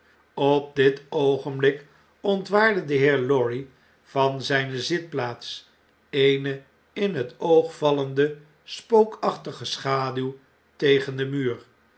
op dit oogenblik ontwaarde de heer lorry van zpe zitplaats eene in het oog vallende spookachtige schaduw tegen den muur